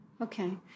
Okay